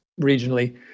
regionally